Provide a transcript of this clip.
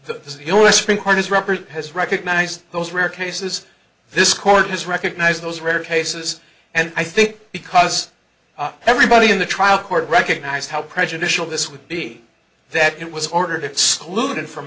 your supreme court is represent has recognized those rare cases this court has recognized those rare cases and i think because everybody in the trial court recognized how prejudicial this would be that it was ordered excluded from